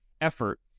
effort